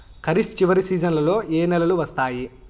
ఖరీఫ్ చివరి సీజన్లలో ఏ నెలలు వస్తాయి?